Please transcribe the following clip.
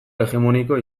hegemoniko